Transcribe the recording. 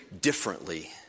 differently